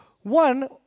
one